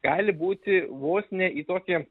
gali būti vos ne į tokį